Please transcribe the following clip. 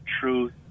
truth